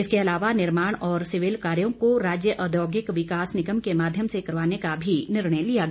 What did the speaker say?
इसके अलावा निर्माण और सिविल कार्यों को राज्य औद्योगिक विकास निगम के माध्यम से करवाने का भी निर्णय लिया गया